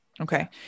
Okay